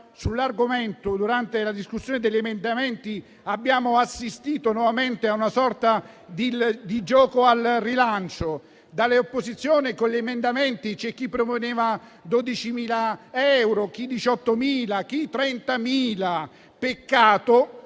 sull'argomento durante la discussione degli emendamenti, abbiamo assistito nuovamente a una sorta di gioco al rilancio. Dalle opposizioni con gli emendamenti c'è chi proponeva 12.000 euro, chi 18.000, chi 30.000. Peccato,